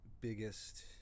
Biggest